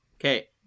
Okay